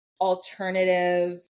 alternative